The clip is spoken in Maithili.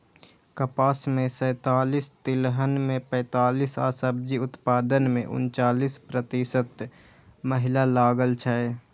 कपास मे सैंतालिस, तिलहन मे पैंतालिस आ सब्जी उत्पादन मे उनचालिस प्रतिशत महिला लागल छै